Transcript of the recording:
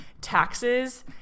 taxes